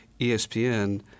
ESPN